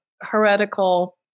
heretical